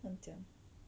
乱讲